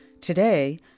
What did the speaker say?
Today